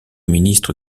ministre